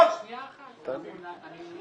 זו לא היתה כוונתי לפגוע בך, הייתי בסערת רגשות.